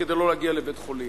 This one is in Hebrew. כדי לא להגיע לבית-חולים.